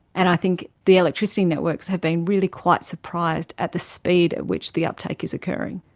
and i think the electricity networks have been really quite surprised at the speed at which the uptake is occurring.